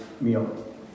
meal